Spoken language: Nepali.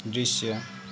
दृश्य